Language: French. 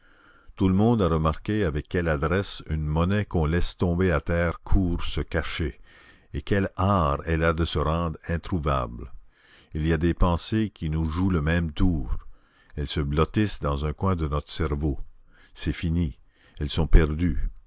tout le monde a remarqué avec quelle adresse une monnaie qu'on laisse tomber à terre court se cacher et quel art elle a de se rendre introuvable il y a des pensées qui nous jouent le même tour elles se blottissent dans un coin de notre cerveau c'est fini elles sont perdues